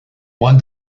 when